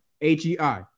H-E-I